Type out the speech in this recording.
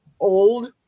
old